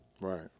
Right